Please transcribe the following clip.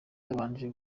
yabanje